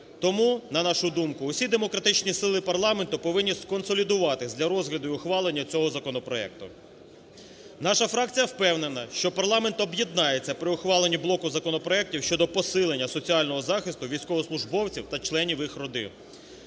Тому, на нашу думку, усі демократичні сили парламенту повинні сконсолідуватися для розгляду і ухвалення цього законопроекту. Наша фракція впевнена, що парламент об'єднається при ухваленні блоку законопроектів щодо посилення соціального захисту військовослужбовців та членів їх родин.